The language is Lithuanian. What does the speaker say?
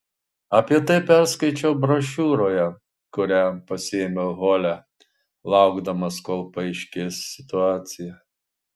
apie tai perskaičiau brošiūroje kurią pasiėmiau hole laukdamas kol paaiškės situacija